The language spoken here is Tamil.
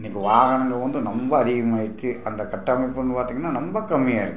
இன்றைக்கு வாகனங்கள் வந்து ரொம்ப அதிகமாகிட்டு அந்த கட்டமைப்புனு பார்த்தீங்கன்னா ரொம்ப கம்மியாக இருக்குது